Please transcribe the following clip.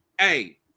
hey